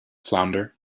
flounder